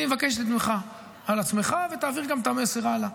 אני מבקשת ממך על עצמך ותעביר את המסר גם הלאה: